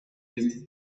jest